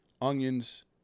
onions